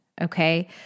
Okay